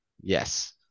Yes